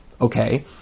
okay